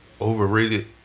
overrated